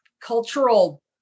cultural